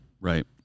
Right